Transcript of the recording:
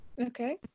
Okay